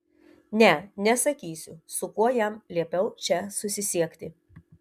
ne nesakysiu su kuo jam liepiau čia susisiekti